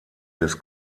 des